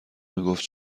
میگفت